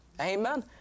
Amen